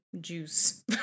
juice